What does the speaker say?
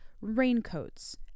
raincoats